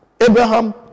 Abraham